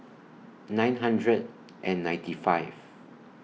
nine hundred and ninety five